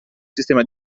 sistema